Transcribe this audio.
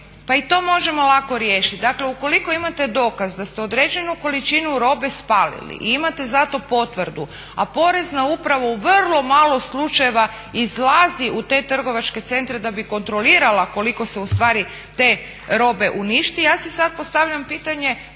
pa i to možemo lako riješiti, dakle ukoliko imate dokaz da ste određenu količinu robe spalili i imate za to potvrdu a porezna uprava u vrlo malo slučajeva izlazi u te trgovačke centre da bi kontrolirala koliko se ustvari te robe uništi. Ja si sad postavljam pitanje